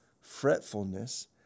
fretfulness